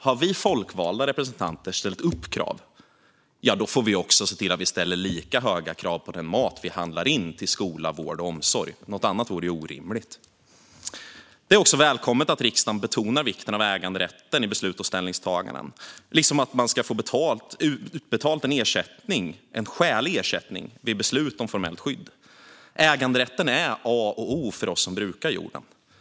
Har vi folkvalda representanter ställt upp krav får vi också se till att vi ställer lika höga krav på den mat vi handlar in till skola, vård och omsorg. Något annat vore orimligt. Det är också välkommet att riksdagen betonar vikten av äganderätten i beslut och ställningstaganden. Det gäller också att man ska få en skälig ersättning vid beslut om formellt skydd. Äganderätten är A och O för oss som brukar jorden.